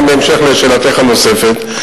גם בהמשך שאלתךְ הנוספת,